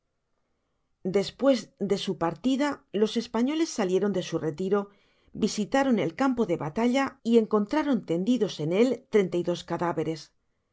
despues de su partida los españoles salieron de su retiro visitaron el campo de batalla y encontraron tendidos en él treinta y dos cadáveres